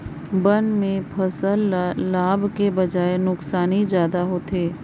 बन में फसल ल लाभ के बजाए नुकसानी जादा होथे